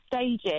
stages